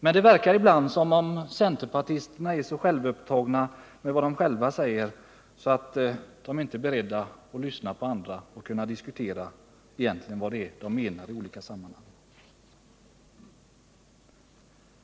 Men det verkar ibland som om centerpartisterna är så upptagna av att lyssna på vad de själva säger att de inte är beredda att höra på vad andra har att anföra i olika sammanhang.